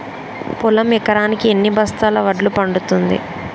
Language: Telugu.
పొలం ఎకరాకి ఎన్ని బస్తాల వడ్లు పండుతుంది?